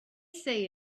see